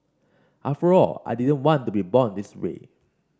after all I didn't want to be born this way